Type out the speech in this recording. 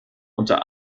unter